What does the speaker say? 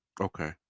Okay